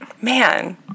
Man